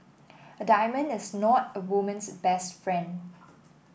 a diamond is not a woman's best friend